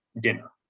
dinner